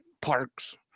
parks